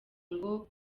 ngo